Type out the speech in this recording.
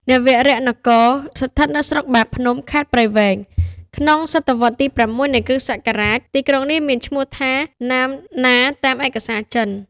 នរវរនគរ ស្ថិតនៅស្រុកបាភ្នំ ខេត្តព្រៃវែង ក្នុងសតវត្សរ៍ទី៦ នៃគ្រិស្តសក រាជ ។ ទីក្រុងនេះមានឈ្មោះថា ណាហ្មណាតាមឯកសារចិន ។